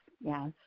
yes